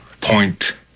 point